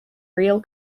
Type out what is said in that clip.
real